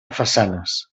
façanes